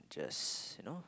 just you know